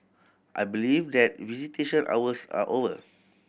I believe that visitation hours are over